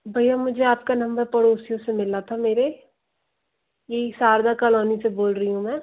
भैया मुझे आपका नंबर पड़ोसियों से मिला था मेरे यहीं शारदा कॉलोनी से बोल रही हूँ मैं